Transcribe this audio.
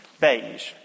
Beige